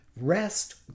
rest